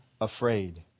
afraid